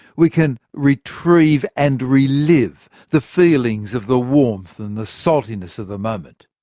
we can retrieve and relive the feelings of the warmth and the saltiness of the moment.